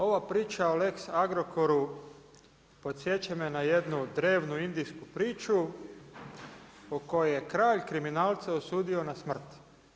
Ova priča o lex Agrokoru podsjeća me na jednu drevnu indijsku priču u kojoj je kralj kriminalce osudio na smrt.